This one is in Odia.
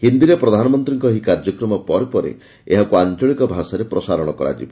ହିନ୍ଦୀରେ ପ୍ରଧାନମନ୍ତୀଙ୍କ ଏହି କାର୍ଯ୍ୟକ୍ରମ ପରେ ଏହାକୁ ଆଞ୍ଚଳିକ ଭାଷାରେ ପ୍ରସାରଣ କରାଯିବ